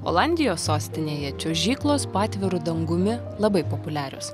olandijos sostinėje čiuožyklos po atviru dangumi labai populiarios